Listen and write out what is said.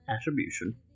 Attribution